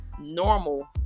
normal